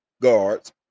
guards